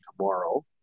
tomorrow